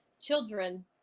children